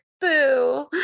boo